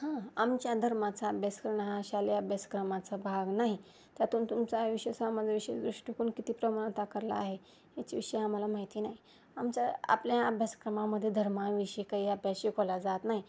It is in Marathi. हां आमच्या धर्माचा अभ्यास करणं हा शालेय अभ्यासक्रमाचा भाग नाही त्यातून तुमचा विशेष सामान्य विशेश दृष्टिकोन किती प्रमाणात साकारला आहे याचविषयी आम्हाला माहिती नाही आमच्या आपल्या अभ्यासक्रमामधे धर्माविषयी काही अभ्यास शिकवला जात नाही